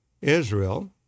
Israel